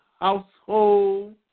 household